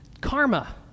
Karma